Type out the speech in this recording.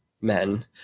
men